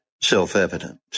self-evident